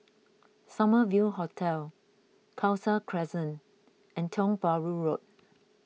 Summer View Hotel Khalsa Crescent and Tiong Bahru Road